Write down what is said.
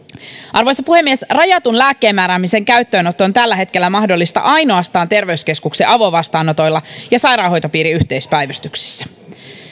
arvoisa puhemies rajatun lääkkeenmääräämisen käyttöönotto on tällä hetkellä mahdollista ainoastaan terveyskeskuksen avovastaanotoilla ja sairaanhoitopiirin yhteispäivystyksissä